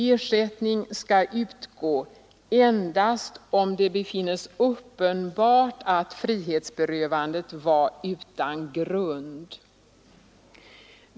Ersättning skall utgå endast om det befinnes uppenbart att frihetsberövandet var utan grund.